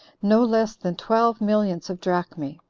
no less than twelve millions of drachmae.